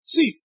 See